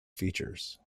features